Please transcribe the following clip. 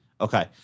Okay